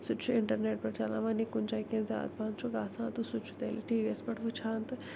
سُہ تہِ چھُ اِنٛٹرنٮ۪ٹہٕ پٮ۪ٹھ چَلان وَنہِ کُنہِ جایہِ کیٚنٛہہ زیادٕ پَہن چھُ گژھان تہٕ سُہ تہِ چھُ تیٚلہِ ٹی وی یس پٮ۪ٹھ وٕچھان تہٕ